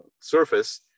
surface